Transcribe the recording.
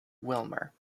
wilmer